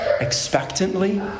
expectantly